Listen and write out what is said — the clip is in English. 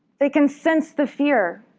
they can sense the fear.